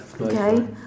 Okay